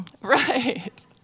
right